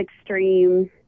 extreme